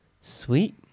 Sweet